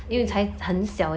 对对